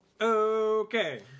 Okay